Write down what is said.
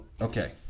okay